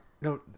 no